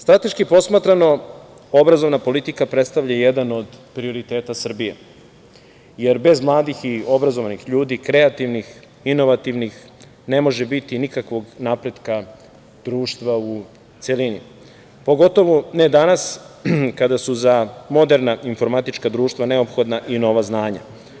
Strateški posmatrano, obrazovna politika predstavlja jedan od prioriteta Srbije, jer bez mladih i obrazovnih ljudi, kreativnih, inovativnih ne može biti nikakvog napretka društva u celini, pogotovo ne danas kada su za moderna informatička društava neophodna i nova znanja.